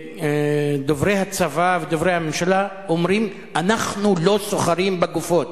דוברי הצבא ודוברי הממשלה אומרים: אנחנו לא סוחרים בגופות.